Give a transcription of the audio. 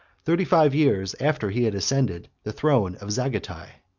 thirty-five years after he had ascended the throne of zagatai.